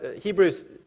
Hebrews